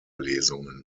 lesungen